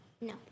No